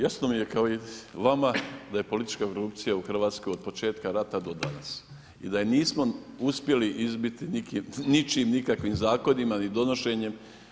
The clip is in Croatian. Jasno mi je kao i vama da je politička korupcija u Hrvatskoj od početka rata do danas i da je nismo uspjeli izbiti ničim nikakvim zakonima ni donošenjem.